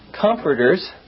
comforters